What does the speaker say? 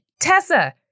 Tessa